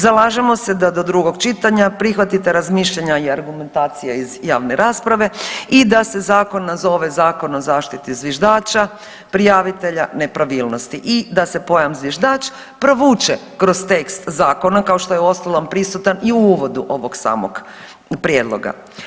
Zalažemo se da do drugog čitanja prihvatite razmišljanja i argumentacije iz javne rasprave i da se zakon nazove zakon o zaštiti zviždača prijavitelja nepravilnosti i da se pojam zviždač provuče kroz tekst zakona kao što je uostalom prisutan i u uvodu ovog samog prijedloga.